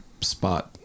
spot